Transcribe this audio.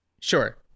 Sure